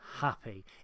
happy